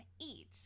eat